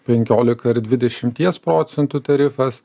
penkiolika ir dvidešimties procentų tarifas